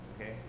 okay